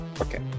Okay